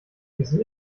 dieses